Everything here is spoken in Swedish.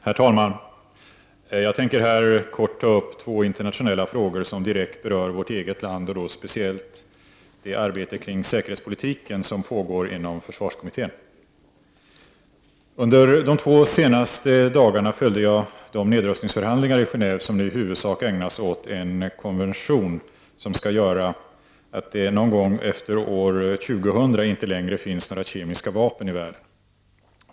Herr talman! Jag tänker här kort ta upp två internationella frågor som direkt berör vårt eget land, och då speciellt det arbete kring säkerhetspolitiken som nu pågår inom försvarskommittén. Under de två senaste dagarna följde jag de nedrustningsförhandlingar i Genéeve som nu i huvudsak ägnas en konvention, som skall göra att det någon gång efter år 2000 inte längre finns några kemiska vapen i världen.